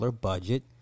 budget